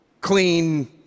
clean